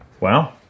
wow